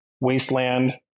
wasteland